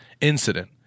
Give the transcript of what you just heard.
incident